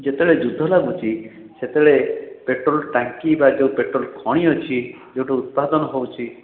ଯେତେବେଳେ ଯୁଦ୍ଧ ଲାଗୁଛି ସେତେବେଳେ ପେଟ୍ରୋଲ୍ ଟାଙ୍କି ବା ଯେଉଁ ପେଟ୍ରୋଲ୍ ଖଣି ଅଛି ଯେଉଁଠୁ ଉତ୍ପାଦନ ହେଉଛି